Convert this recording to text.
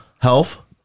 Health